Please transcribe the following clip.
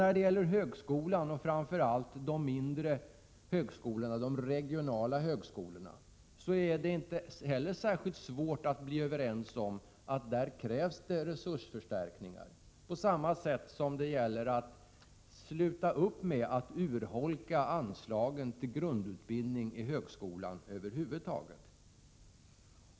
När det gäller högskolorna, framför allt de mindre, regionala högskolorna, är det inte heller särskilt svårt att komma överens om att det krävs resursförstärkningar, på samma sätt som det gäller att sluta upp med att urholka anslagen till grundutbildning i högskolan över huvud taget.